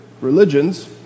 religions